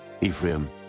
Ephraim